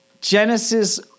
Genesis